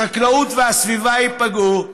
החקלאות והסביבה ייפגעו,